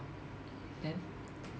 then